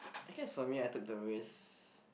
I guess for me I took the risk